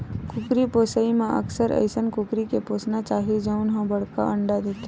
कुकरी पोसइ म अक्सर अइसन कुकरी के पोसना चाही जउन ह बड़का अंडा देथे